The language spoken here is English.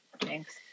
Thanks